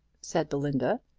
said belinda.